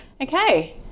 Okay